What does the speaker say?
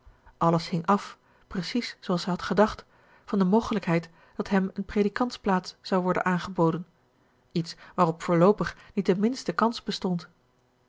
alles hing af precies zooals zij had gedacht van de mogelijkheid dat hem een predikantsplaats zou worden aangeboden iets waarop voorloopig niet de minste kans bestond